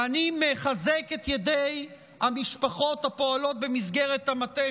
ואני מחזק את ידי המשפחות הפועלות במסגרת המטה,